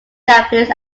japanese